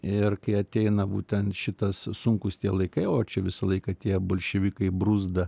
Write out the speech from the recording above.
ir kai ateina būtent šitas sunkūs tie laikai o čia visą laiką tie bolševikai bruzda